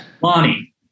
Lonnie